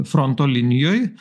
fronto linijoj